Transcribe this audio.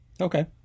Okay